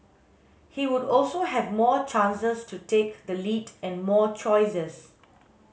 he would also have more chances to take the lead and more choices